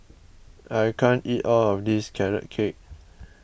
I can't eat all of this Carrot Cake